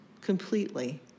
completely